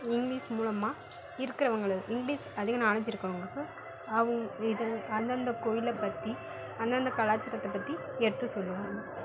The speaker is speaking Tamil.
இங்கிலீஸ் மூலமாக இருக்கறவங்கள இங்கிலீஸ் அதிக நாலெஜ் இருக்கறவங்களுக்கு அவங் இதை அந்தந்த கோயிலை பற்றி அந்தந்த கலாச்சாரத்தை பற்றி எடுத்து சொல்லுவாங்க